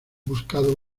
buscado